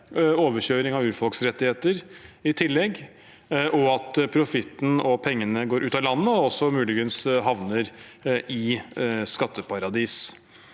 overkjøring av urfolks rettigheter i tillegg, og at profitten og pengene går ut av landet og også muligens havner i skatteparadiser.